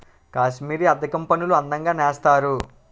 కాశ్మీరీ అద్దకం పనులు అందంగా నేస్తారు